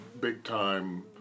big-time